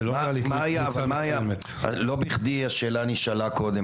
לא בכדי השאלה נשאלה קודם,